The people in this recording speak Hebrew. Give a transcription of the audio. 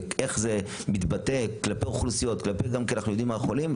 איך זה מתבטא כלפי אוכלוסיות ומה אנחנו יודעים מהחולים.